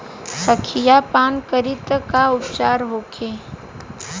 संखिया पान करी त का उपचार होखे?